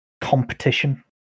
competition